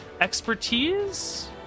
expertise